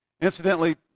Incidentally